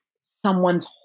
someone's